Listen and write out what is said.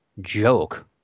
joke